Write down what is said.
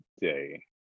day